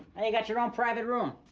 and you got your own private room.